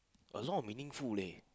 a lot of meaningful leh